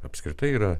apskritai yra